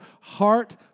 Heart